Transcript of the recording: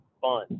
fun